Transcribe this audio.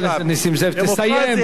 חבר הכנסת נסים זאב, תסיים.